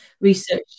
research